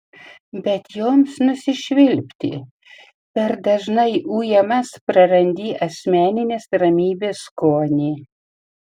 bet joms nusišvilpti per dažnai ujamas prarandi asmeninės ramybės skonį